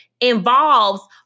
involves